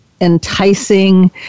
enticing